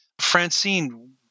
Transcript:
Francine